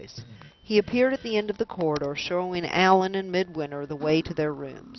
he appeared at the end of the corridor, showing allan and midwinter the way to their rooms.